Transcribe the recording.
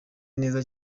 neza